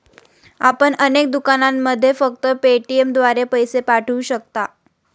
आपण अनेक दुकानांमध्ये फक्त पेटीएमद्वारे पैसे पाठवू शकता